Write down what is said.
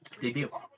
debut